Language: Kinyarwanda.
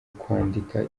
kwandika